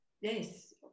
Yes